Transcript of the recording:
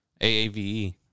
AAVE